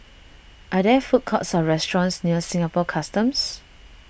are there food courts or restaurants near Singapore Customs